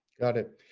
got it.